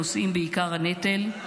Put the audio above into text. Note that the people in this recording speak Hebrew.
הנושאים בעיקר הנטל.